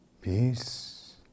peace